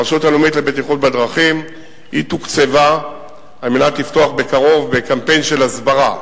הרשות הלאומית לבטיחות בדרכים תוקצבה כדי לפתוח בקרוב בקמפיין הסברה,